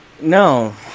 No